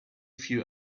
few